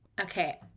okay